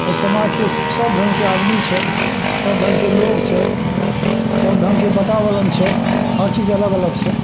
एहि समाजके सब ढङ्गके आदमी छै सब ढङ्गके लोक छै सब ढङ्गके वातावरण छै हर चीज अलग अलग छै